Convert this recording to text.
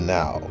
now